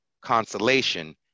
consolation